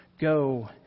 Go